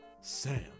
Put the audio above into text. Sam